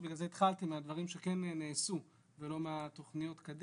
בגלל זה התחלתי מהדברים שכן נעשו ולא מהתוכניות קדימה.